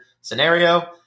scenario